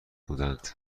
بودند